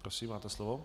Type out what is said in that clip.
Prosím, máte slovo.